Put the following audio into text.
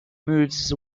moves